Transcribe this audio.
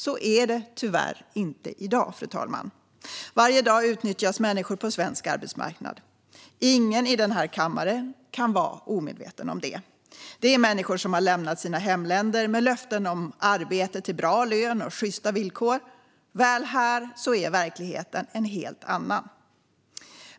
Så är det tyvärr inte i dag, fru talman. Varje dag utnyttjas människor på svensk arbetsmarknad. Ingen i denna kammare kan vara omedveten om det. Det rör sig om människor som har lämnat sina hemländer med löften om arbete till bra lön och sjysta villkor. Väl här är verkligheten en helt annan.